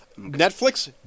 Netflix